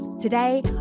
Today